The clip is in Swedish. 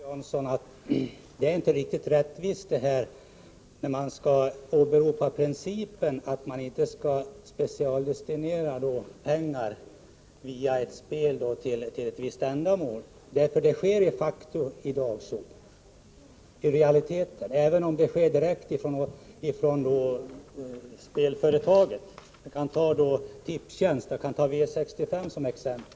Herr talman! Det är inte riktigt rättvist att åberopa principen att vi inte bör specialdestinera pengar från spelverksamhet till ett visst ändamål. Detta sker i realiteten de facto redan i dag, även om pengarna går direkt från spelföretagen. Jag kan ta Tipstjänst och V65 som exempel.